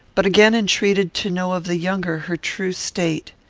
but again entreated to know of the younger her true state.